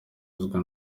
icuruzwa